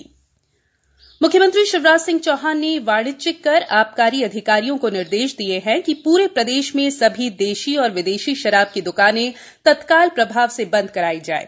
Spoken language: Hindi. शराब दूकान म्ख्यमंत्री श्री शिवराज सिंह चौहान ने वाणिज्यिक कर आबकारी अधिकारियों को निर्देश दिये हैं कि पूरे प्रदेश में सभी देशी एवं विदेशी शराब की द्कानें तत्काल प्रभाव से बंद कराई जायें